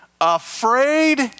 afraid